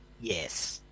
Yes